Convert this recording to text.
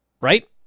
Right